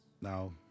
Now